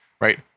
Right